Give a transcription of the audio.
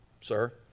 sir